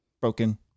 broken